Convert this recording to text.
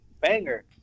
banger